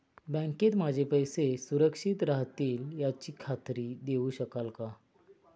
बँकेत माझे पैसे सुरक्षित राहतील याची खात्री देऊ शकाल का?